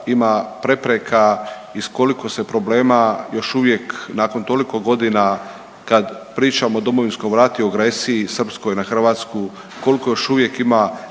Hvala g.